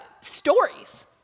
stories